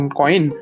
coin